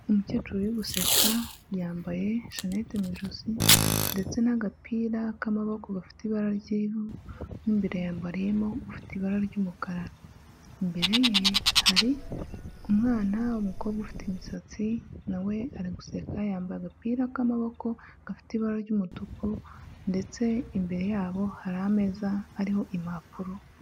Umukecuru uri guseka yambaye shanete mu ijosi ndetse n'agapira k'amaboko gafite ibara ry'ivu, mo imbere yambariyemo ufita ibara ry'umukara. Imbere ye hari umwana w'umukobwa ufite imisatsi na we ari guseka yambaye agapira k'amaboko gafite ibara ry'umutuku ndetse imbere y'abo hari ameza ariho impapuro.